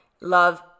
love